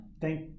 Thank